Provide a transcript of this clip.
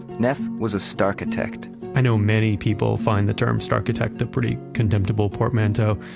neff was a starchitect i know many people find the term starchitect a pretty contemptable portmanteau,